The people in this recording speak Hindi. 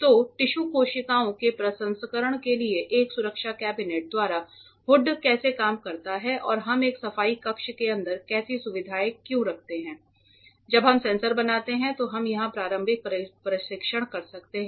तो टिश्यू कोशिकाओं के प्रसंस्करण के लिए एक सुरक्षा कैबिनेट द्वारा हुड कैसे काम करता है और हम एक सफाई कक्ष के अंदर ऐसी सुविधा क्यों रखते हैं जब हम सेंसर बनाते हैं तो हम यहां प्रारंभिक परीक्षण कर सकते हैं